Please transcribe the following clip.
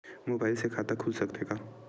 Mobile से खाता खुल सकथे का?